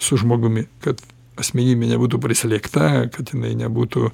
su žmogumi kad asmenybė nebūtų prislėgta kad jinai nebūtų